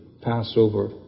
Passover